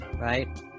right